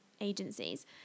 agencies